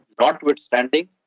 notwithstanding